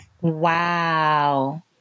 Wow